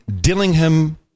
Dillingham